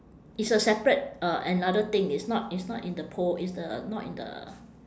it's a separate uh another thing it's not it's not in the pole it's the not in the